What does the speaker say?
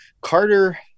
Carter